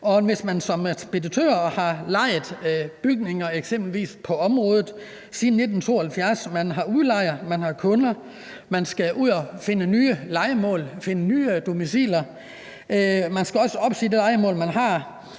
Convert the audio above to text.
Hvis man som speditør eksempelvis har lejet bygninger på området siden 1972 og man har udlejere og kunder, så skal man ud at finde nye lejemål, finde nye domiciler, og man skal også opsige det lejemål, man har,